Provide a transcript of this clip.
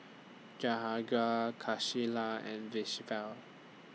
Jahangir Kaishla and Vishal Well